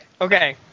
Okay